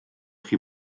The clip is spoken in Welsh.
chi